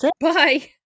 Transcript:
Bye